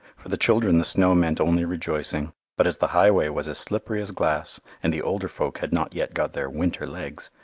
for the children the snow meant only rejoicing but as the highway was as slippery as glass, and the older folk had not yet got their winter legs,